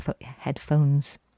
headphones